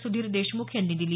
सुधीर देशमुख यांनी दिली